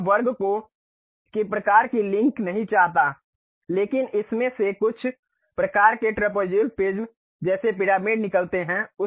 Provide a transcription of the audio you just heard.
अब मैं वर्ग प्रकार की लिंक नहीं चाहता लेकिन इसमें से कुछ प्रकार के ट्रॅपेजोइडल प्रिज़्म जैसे पिरामिड निकलते हैं